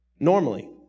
Normally